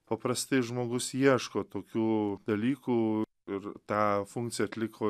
paprastai žmogus ieško tokių dalykų ir tą funkciją atliko